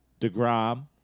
DeGrom